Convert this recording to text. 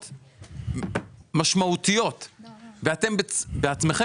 רוויזיה על הסתייגות מספר 114. מי בעד קבלת הרוויזיה?